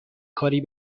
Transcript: کاری